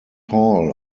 hall